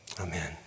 amen